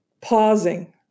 pausing